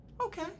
Okay